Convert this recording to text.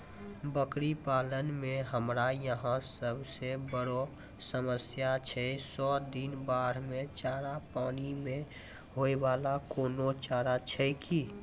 बकरी पालन मे हमरा यहाँ सब से बड़ो समस्या छै सौ दिन बाढ़ मे चारा, पानी मे होय वाला कोनो चारा छै कि?